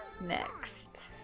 next